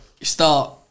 start